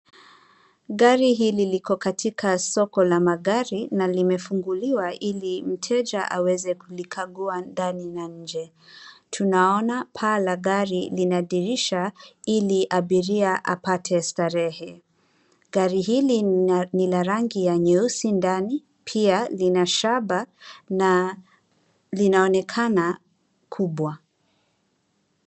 Gari hili liko katika soko la magari na limefunguliwa ili mteja aweze kulikagua ndani na nje. Tunaona paa la gari lina dirisha ili abiria apate starehe. Gari hili ni la rangi ya nyeusi ndani pia lina shaba na linaonekana kubwa.